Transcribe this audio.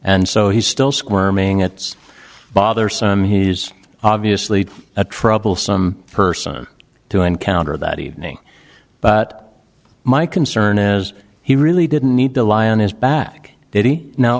and so he's still squirming at this bothersome he's obviously a troublesome person to encounter that evening but my concern as he really didn't need to lie on his back diddy now